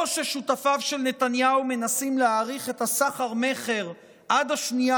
או ששותפיו של נתניהו מנסים להאריך את הסחר-מכר עד השנייה